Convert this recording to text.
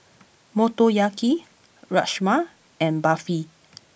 Motoyaki Rajma and Barfi